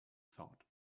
thought